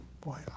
Boy